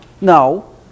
no